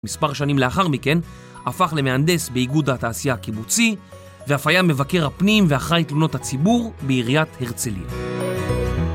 מספר שנים לאחר מכן, הפך למהנדס באיגוד התעשייה הקיבוצי, ואף היה מבקר הפנים ואחראי תלונות הציבור בעיריית הרצליה.